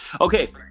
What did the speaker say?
Okay